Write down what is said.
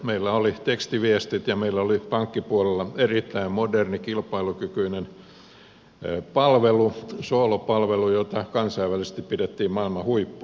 meillä oli tekstiviestit ja meillä oli pankkipuolella erittäin moderni kilpailukykyinen palvelu solo palvelu jota kansainvälisesti pidettiin maailman huippuna